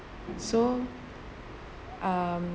so um